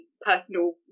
personal